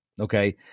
okay